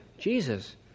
Jesus